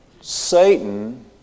Satan